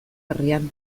herrian